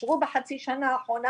אושרו בחצי שנה האחרונה,